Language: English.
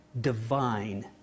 divine